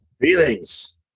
Feelings